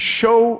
show